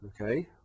okay